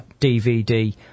dvd